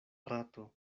rato